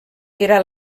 era